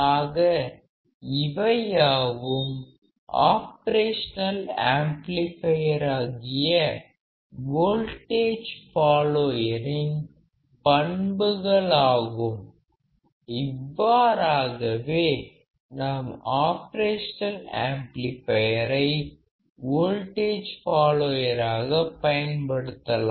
ஆக இவையாவும் ஆப்ரேஷனல் ஆம்ப்ளிபையராகிய வோல்டேஜ் ஃபாலோயரின் பண்புகளாகும் இவ்வாறாகவே நாம் ஆப்ரேஷனல் ஆம்ப்ளிபையரை வோல்டேஜ் ஃபாலோயராக பயன்படுத்தலாம்